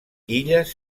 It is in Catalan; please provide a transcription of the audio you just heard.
illes